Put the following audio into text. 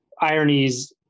ironies